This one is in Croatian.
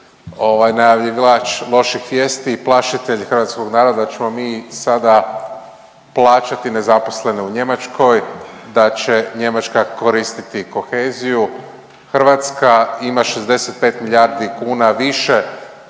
najavljivač loših vijesti i plašitelj hrvatskog naroda da ćemo mi sada plaćati nezaposlene u Njemačkoj, da će Njemačka koristiti koheziju, Hrvatska ima 65 milijardi kuna više